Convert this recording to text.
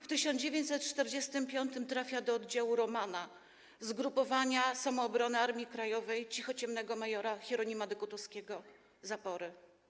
W 1945 r. trafił do oddziału „Romana”, zgrupowania „Samoobrona” Armii Krajowej cichociemnego mjr. Hieronima Dekutowskiego „Zapory”